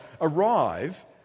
arrive